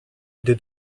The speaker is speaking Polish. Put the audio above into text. gdy